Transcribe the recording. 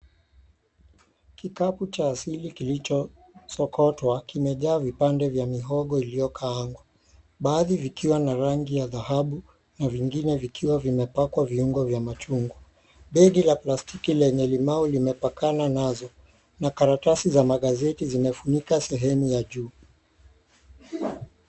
Kikapu cha asili kilichosokotwa kimejaa vipande vya mihogo iliyokaangwa. Baadhi vikiwa na rangi ya dhahabu na vingine vikiwa vimepakwa viungo vya machungwa. Begi la plastiki lenye limau limepakana nazo na karatasi za magazeti zimefunika sehemu ya juu.